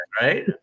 right